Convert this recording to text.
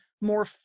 more